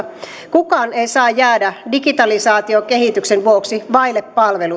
palveluita kukaan ei saa jäädä digitalisaatiokehityksen vuoksi vaille palveluita